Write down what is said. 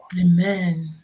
Amen